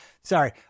Sorry